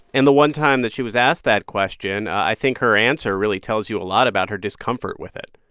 and the one time that she was asked that question, i think her answer really tells you a lot about her discomfort with it